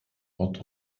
port